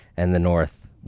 and the north,